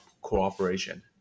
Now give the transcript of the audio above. cooperation